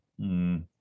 -hmm